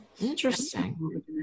Interesting